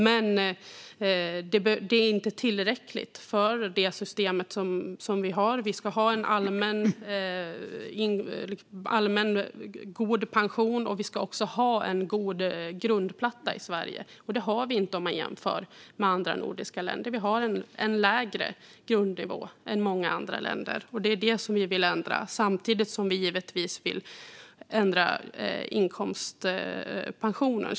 Men det är inte tillräckligt för det system vi har. Vi ska ha en allmän god pension, och vi ska också ha en god grundplatta i Sverige. Det har vi inte om man jämför med andra nordiska länder. Vi har en lägre grundnivå än många andra länder, och det är det som vi vill ändra. Samtidigt vill vi givetvis ändra inkomstpensionen.